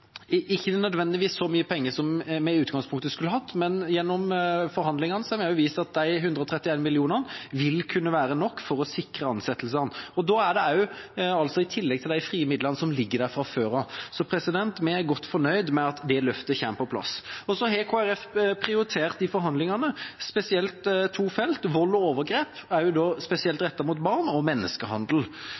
ikke nødvendigvis så mye penger som vi i utgangspunktet skulle hatt, men gjennom forhandlingene har vi vist at de 131 mill. kr vil kunne være nok til å sikre ansettelsene. Det er i tillegg til de frie midlene som ligger der fra før av. Så vi er godt fornøyd med at det løftet kommer på plass. Kristelig Folkeparti har i forhandlingene prioritert spesielt to felt: vold og overgrep, spesielt rettet mot barn, og menneskehandel.